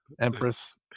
Empress